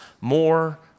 more